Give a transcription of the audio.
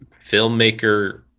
filmmaker